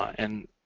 and